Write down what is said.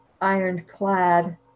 iron-clad